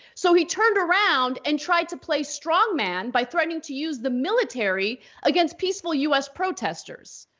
so he turned around and tried to play strong man by threatening to use the military against peaceful us protesters.